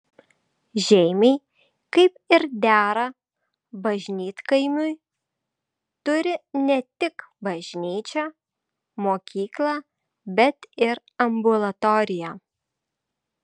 žeimiai kaip ir dera bažnytkaimiui turi ne tik bažnyčią mokyklą bet ir ambulatoriją